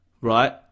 right